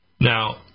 Now